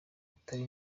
utari